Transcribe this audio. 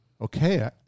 Okay